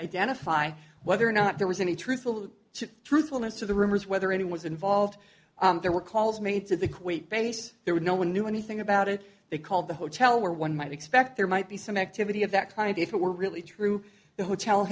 identify whether or not there was any truth to truthfulness to the rumors whether any was involved there were calls made to the quake base there was no one knew anything about it they called the hotel where one might expect there might be some activity of that kind if it were really true the hotel